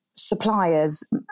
Suppliers